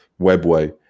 Webway